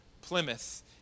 Plymouth